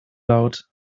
laut